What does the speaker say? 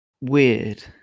weird